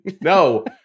no